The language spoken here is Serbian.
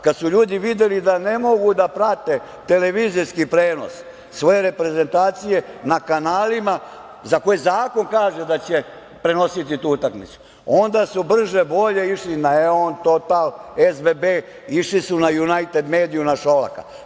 Kad su ljudi videli da ne mogu da prate televizijski prenos svoje reprezentacije na kanalima za koje zakon kaže da će prenositi tu utakmicu, onda su brže bolje išli na „Eon“, „Total“, „SBB“, išli su na „Junajted mediju“, na Šolaka.